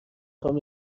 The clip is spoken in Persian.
خوام